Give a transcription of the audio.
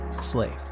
slave